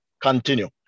continue